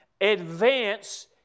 advance